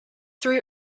three